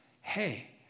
hey